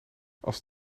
als